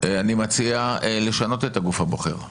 אני מציע לשנות את הגוף הבוחר.